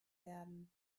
werden